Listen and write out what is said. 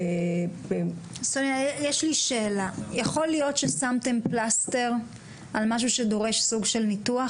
האם יכול להיות ששמתם פלסטר על משהו שדורש סוג של ניתוח?